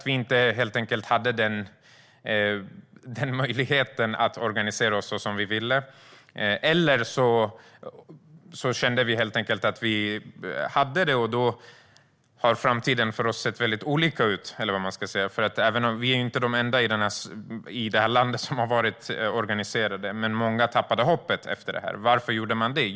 Vi hade helt enkelt inte möjligheten att organisera oss så som vi ville. Eller också kände vi att hade det, och då har framtiden för oss sett väldigt olika ut. Vi är ju inte de enda i det här landet som har varit organiserade, men många tappade hoppet efter det här. Varför gjorde de det?